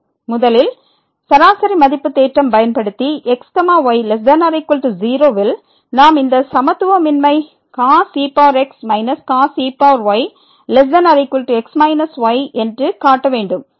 முதலில் சராசரி மதிப்பு தேற்றம் பயன்படுத்தி x y≤ 0 ல் நாம் இந்த சமத்துவமின்மை cos ex cos ey x y என்று காட்ட வேண்டும்